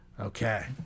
Okay